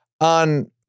on